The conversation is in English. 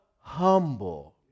humble